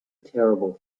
terrible